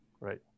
Right